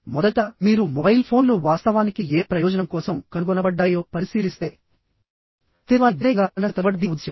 మొదట మీరు మొబైల్ ఫోన్లు వాస్తవానికి ఏ ప్రయోజనం కోసం కనుగొనబడ్డాయో పరిశీలిస్తే స్థిరత్వానికి వ్యతిరేకంగా చలనశీలతను ఇవ్వడం దీని ఉద్దేశ్యం